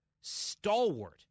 stalwart